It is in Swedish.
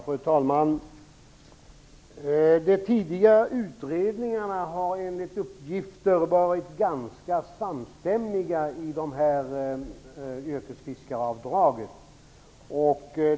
Fru talman! Tidigare utredningar har enligt uppgifter varit ganska samstämmiga i fråga om yrkesfiskaravdraget.